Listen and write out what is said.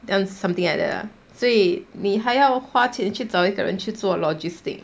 something like that lah 所以你还要花钱去找一个人去做 logistic